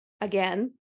again